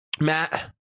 Matt